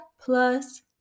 plus